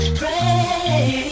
pray